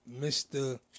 Mr